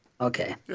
Okay